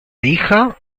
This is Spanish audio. hija